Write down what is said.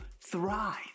thrive